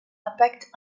impact